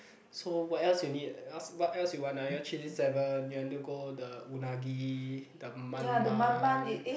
so what else you need else what else you want ah you want cheesy seven you want to go the unagi the